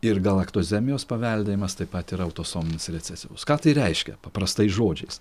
ir galaktozemijos paveldėjimas taip pat yra autosominis recesyvusis ką tai reiškia paprastais žodžiais